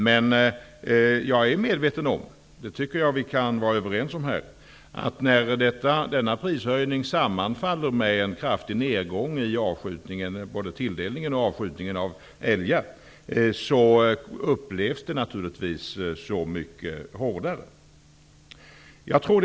Men jag är medveten om -- och det kan vi vara överens om -- att denna prishöjning naturligtvis upplevs som mycket hårdare, när den sammanfaller med en kraftig nedgång i både tilldelningen och avskjutningen av älgar.